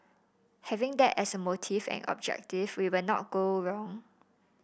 having that as a motive and objective we will not go wrong